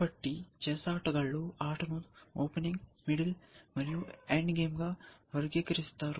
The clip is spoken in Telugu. కాబట్టి చెస్ ఆటగాళ్ళు ఆటను ఓపెనింగ్ మిడిల్ మరియు ఎండ్ గేమ్గా వర్గీకరిస్తారు